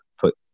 put